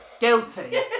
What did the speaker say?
Guilty